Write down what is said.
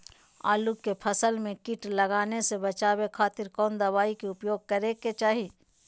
आलू के फसल में कीट लगने से बचावे खातिर कौन दवाई के उपयोग करे के चाही?